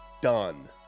done